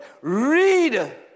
Read